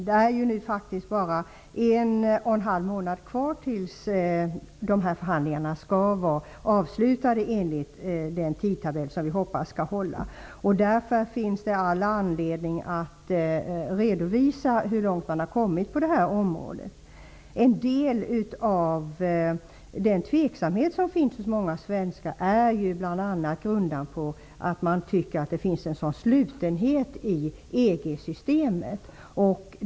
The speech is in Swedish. Det återstår faktiskt bara en och en halv månad tills förhandlingarna skall vara avslutade, enligt den tidtabell som vi hoppas skall hålla. Därför finns det all anledning att redovisa hur långt man har kommit på detta område. En del av den tveksamhet som finns hos många svenskar är bl.a. grundad på att man tycker att det finns en slutenhet i EG-systemet.